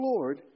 Lord